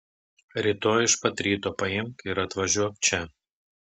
rytoj iš pat ryto paimk ir atvažiuok čia